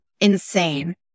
insane